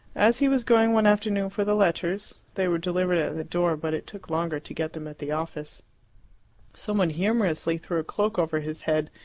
as he was going one afternoon for the letters they were delivered at the door, but it took longer to get them at the office some one humorously threw a cloak over his head,